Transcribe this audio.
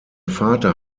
vater